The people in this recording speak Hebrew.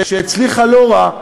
שהצליחה לא רע,